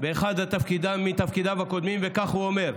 באחד מתפקידיו הקודמים, וכך הוא אומר,